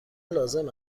لازم